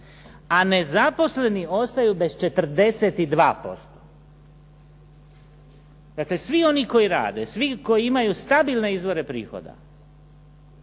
a nezaposleni ostaju bez 42%. Dakle, svi oni koji rade, svi koji imaju stabilne izvore prihoda